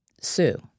sue